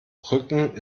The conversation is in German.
brücken